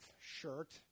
shirt